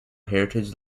heritage